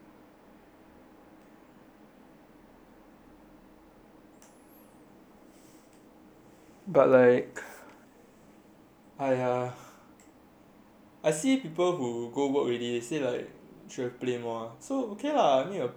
but like !aiya! I see people who go work already they say like should've played more so okay lah I mean you're playing now quite a lot